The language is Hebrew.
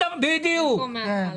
במקום מהתחלה.